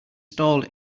stalled